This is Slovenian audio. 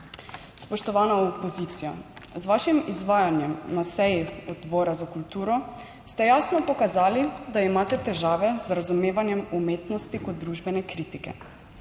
Spoštovana opozicija, z vašim izvajanjem na seji Odbora za kulturo ste jasno pokazali, da imate težave z razumevanjem umetnosti kot družbene kritike.